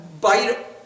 bite